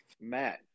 Matt